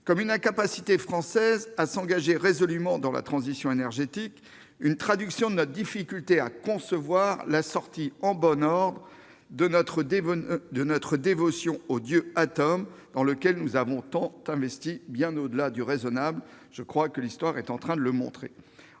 signe de l'incapacité française à s'engager résolument dans la transition énergétique et comme une traduction de notre difficulté à concevoir la sortie en bon ordre de notre dévotion au dieu atome, dans lequel nous avons investi bien au-delà du raisonnable, comme l'histoire est en train de le démontrer.